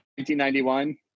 1991